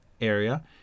area